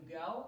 go